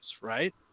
right